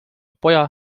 poja